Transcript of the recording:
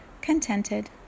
contented